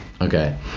okay